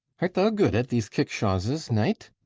art thou good at these kickshawses, knight?